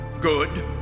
good